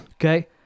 Okay